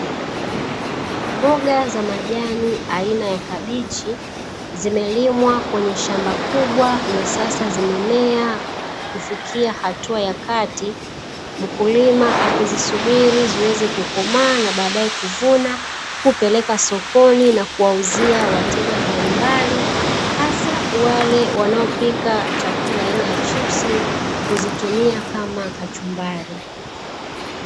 Mboga za majani aina ya kabichi zimelimwa kwenye shamba kubwa na, sasa zimemea kufikia hatua ya kati. Mkulima akizisubiri ziweze kukomaa, na baadaye kuvuna kupeleka sokoni na kuwauzia wateja mbalimbali, hasa wale wanaopika chakula aina ya chipsi kuzitumia kama kachumbari.